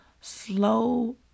Slow